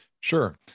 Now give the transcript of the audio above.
Sure